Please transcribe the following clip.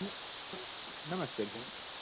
न न नमस्ते भो